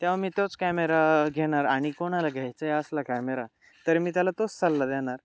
तेव्हा मी तोच कॅमेरा घेणार आणि कोणाला घ्यायचाही असला कॅमेरा तर मी त्याला तोच सल्ला देणार